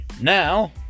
Now